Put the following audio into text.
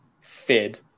fed